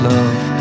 Love